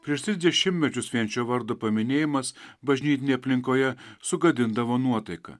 prieš tris dešimtmečius vien šio vardo paminėjimas bažnytinėje aplinkoje sugadindavo nuotaiką